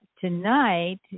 Tonight